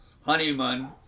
Honeyman